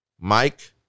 Mike